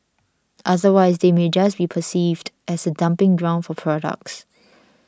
otherwise they may just be perceived as a dumping ground for products